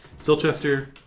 Silchester